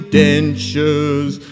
dentures